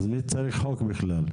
אז מי צריך חוק בכלל?